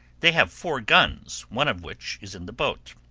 they have four guns, one of which is in the boat.